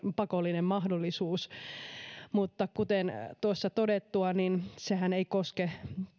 pakollinen alkuperämerkintämahdollisuus mutta kuten tuossa todettua sehän ei koske